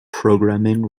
programming